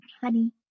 honey